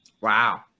Wow